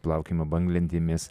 plaukiojimą banglentėmis